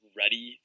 ready